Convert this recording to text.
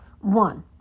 one